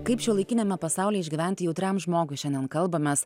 kaip šiuolaikiniame pasaulyje išgyventi jautriam žmogui šiandien kalbamės